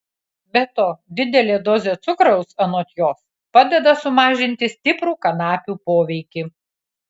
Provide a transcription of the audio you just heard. be to didelė dozė cukraus anot jos padeda sumažinti stiprų kanapių poveikį